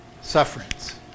Sufferings